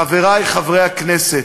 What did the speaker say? חברי חברי הכנסת,